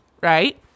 right